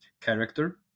character